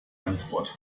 antwort